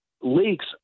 leaks